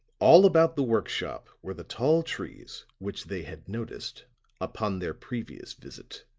all about the work-shop were the tall trees which they had noticed upon their previous visit.